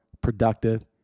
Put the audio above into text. productive